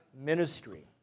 ministry